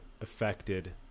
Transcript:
affected